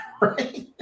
right